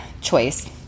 choice